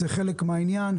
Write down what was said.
זה חלק מהעניין.